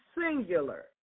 singular